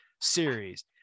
series